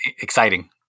Exciting